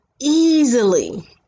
easily